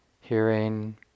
hearing